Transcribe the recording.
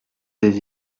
des